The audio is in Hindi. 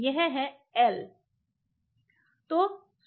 यह है L